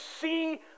see